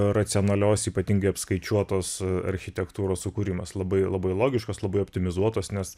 racionalios ypatingai apskaičiuotos architektūros sukūrimas labai labai logiškos labai optimizuotos nes